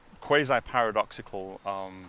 quasi-paradoxical